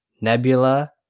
Nebula